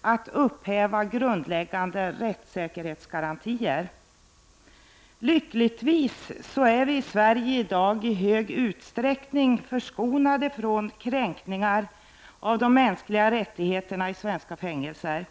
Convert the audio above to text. att upphäva grundläggande rättssäkerhetsgarantier. Lyckligtvis är vi i Sverige i dag i stor utsträckning förskonade från kränkningar av mänskliga rättigheterna i våra fängelser.